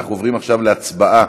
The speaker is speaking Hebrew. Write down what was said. אנחנו עוברים עכשיו להצבעה